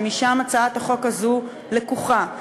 שמשם הצעת החוק הזו לקוחה,